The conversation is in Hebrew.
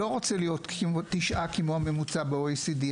לא רוצה 9% כמו הממוצע ב-OECD,